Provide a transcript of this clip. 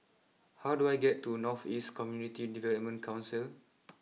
how do I get to North East Community Development Council